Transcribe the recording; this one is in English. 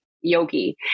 yogi